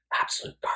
absolute